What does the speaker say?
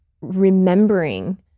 remembering